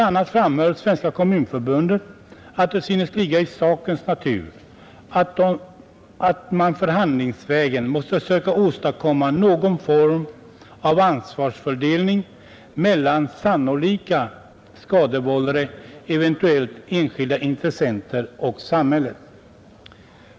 a. menade Svenska kommunförbundet att det synes ligga i sakens natur att man förhandlingsvägen måste söka åstadkomma någon form av ansvarsfördelning mellan sannolika skadevållare, eventuella enskilda intressenter och samhället.